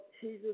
Jesus